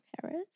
Paris